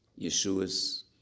Yeshuas